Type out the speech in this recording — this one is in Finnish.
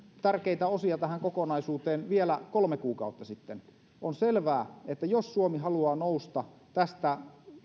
tärkeitä osia tähän kokonaisuuteen vielä kolme kuukautta sitten on selvää että jos suomi haluaa nousta tästä